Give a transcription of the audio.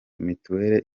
mutuel